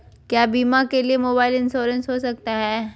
क्या बीमा के लिए मोबाइल इंश्योरेंस हो सकता है?